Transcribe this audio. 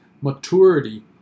maturity